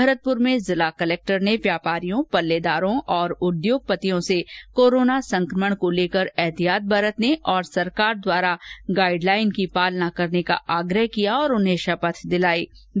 भरतपुर में जिला कलेक्टर ने व्यापारियों पल्लेदारों और उद्योगपतियों से कोरोना संक्रमण को लेकर एहतियात बरतने तथा सरकार द्वारा गाइडलाइन की पालना करने का आग्रह किया इन सभी लोगों को इस बारे में शपथ भी दिलाई गई